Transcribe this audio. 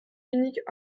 unique